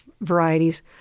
varieties